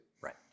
Right